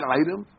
item